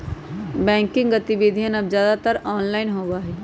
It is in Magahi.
बैंकिंग गतिविधियन अब ज्यादातर ऑनलाइन होबा हई